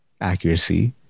accuracy